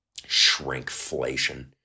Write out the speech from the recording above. Shrinkflation